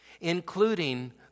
Including